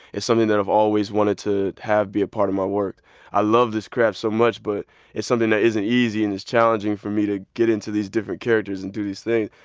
it's something that i've always wanted to have be a part of my work i love this craft so much, but it's something that isn't easy. and it's challenging for me to get into these different characters and do these things.